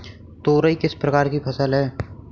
तोरई किस प्रकार की फसल है?